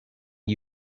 you